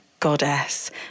goddess